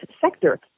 sector